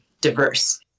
diverse